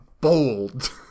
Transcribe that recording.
bold